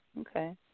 Okay